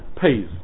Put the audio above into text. pays